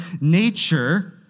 nature